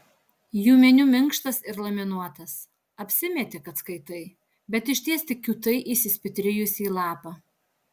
jų meniu minkštas ir laminuotas apsimeti kad skaitai bet išties tik kiūtai įsispitrijusi į lapą